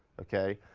okay?